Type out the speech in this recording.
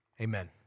Amen